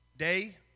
Day